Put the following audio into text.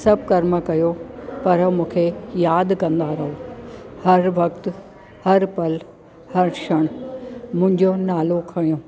सभु कर्म कयो पर मूंखे यादि कंदा रहो हर वक्त हर पल हर शण मुंहिंजो नालो खयो